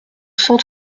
cent